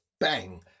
bang